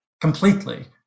completely